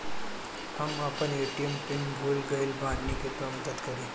हम अपन ATM PIN भूल गएल बानी, कृपया मदद करीं